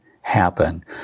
happen